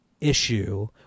issue